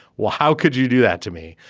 well how could you do that to me.